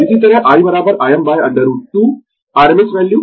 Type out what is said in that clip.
इसी तरह IIm √ 2 rms value